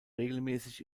regelmäßig